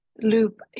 loop